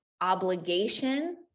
obligation